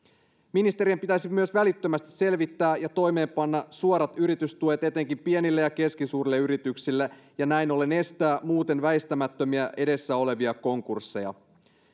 ministerien pitäisi myös välittömästi selvittää ja toimeenpanna suorat yritystuet etenkin pienille ja keskisuurille yrityksille ja näin ollen estää muuten väistämättömiä edessä olevia konkursseja